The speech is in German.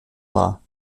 war